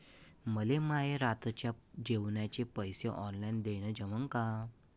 मले माये रातच्या जेवाचे पैसे ऑनलाईन देणं जमन का?